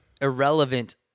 irrelevant